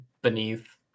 Beneath